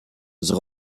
son